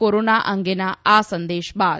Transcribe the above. corona અંગેના આ સંદેશ બાદ